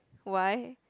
why